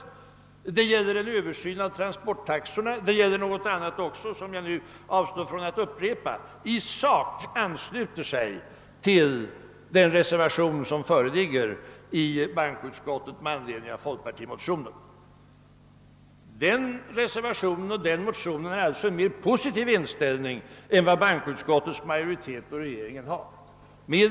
Detta gäller t.ex. översynen av transporttaxorna och en del andra ting, som jag här inte skall upprepa. Men där har herr Hagnell i sak anslutit sig till den reservation som avgivits till bankoutskottets utlåtande med anledning av folkpartimotionen. Den motionen och reservationen är alltså mera positiva än bankoutskottets och regeringens inställning.